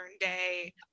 day